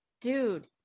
dude